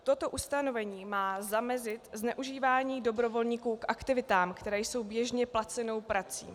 Toto ustanovení má zamezit zneužívání dobrovolníků k aktivitám, které jsou běžně placenou prací.